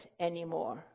anymore